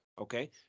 okay